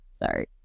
sorry